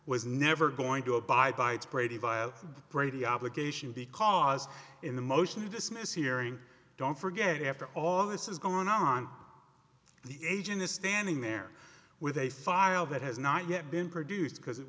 was never going to abide by its brady via brady obligation because in the motion to dismiss hearing don't forget after all this is going on the agent is standing there with a file that has not yet been produced because it